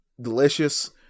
delicious